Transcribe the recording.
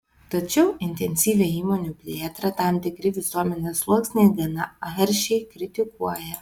tačiau intensyvią įmonių plėtrą tam tikri visuomenės sluoksniai gana aršiai kritikuoja